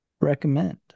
recommend